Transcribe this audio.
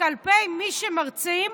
כלפי מי שמרצים,